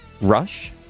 Rush